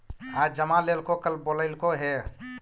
आज जमा लेलको कल बोलैलको हे?